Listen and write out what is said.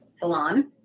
salon